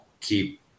keep